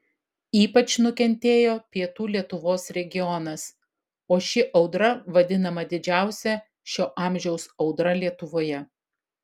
ypač nukentėjo pietų lietuvos regionas o ši audra vadinama didžiausia šio amžiaus audra lietuvoje